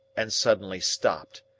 and suddenly stopped.